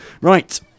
Right